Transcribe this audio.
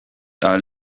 ahal